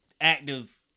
active